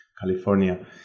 California